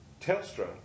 Telstra